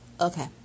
Okay